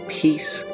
peace